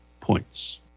points